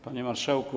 Panie Marszałku!